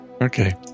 Okay